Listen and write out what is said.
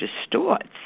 distorts